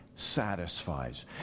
satisfies